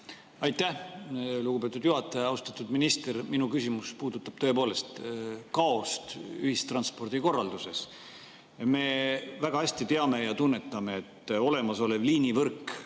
Aitäh, lugupeetud juhataja! Austatud minister! Minu küsimus puudutab tõepoolest kaost ühistranspordikorralduses. Me väga hästi teame ja tunnetame, et olemasolev liinivõrk